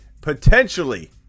potentially